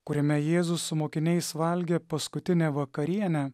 kuriame jėzus su mokiniais valgė paskutinę vakarienę